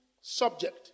subject